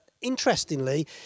Interestingly